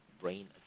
brain